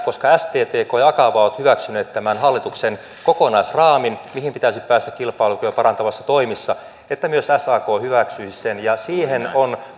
koska sttk ja akava ovat hyväksyneet tämän hallituksen kokonaisraamin mihin pitäisi päästä kilpailukykyä parantavissa toimissa olisi reilua että myös sak hyväksyisi sen siihen on